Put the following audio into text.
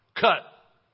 cut